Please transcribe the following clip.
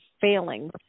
failing